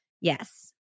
Yes